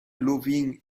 loving